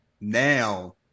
now